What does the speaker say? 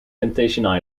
temptation